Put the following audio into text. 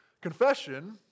confession